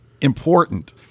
important